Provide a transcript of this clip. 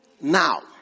Now